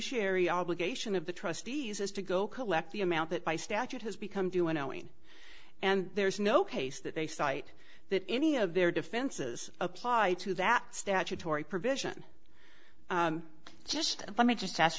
sherry obligation of the trustees is to go collect the amount that by statute has become due and owing and there's no case that they cite that any of their defenses apply to that statutory provision just let me just ask